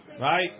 Right